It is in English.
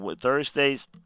Thursdays